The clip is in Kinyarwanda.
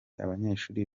abanyeshuli